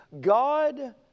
God